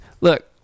look